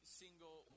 single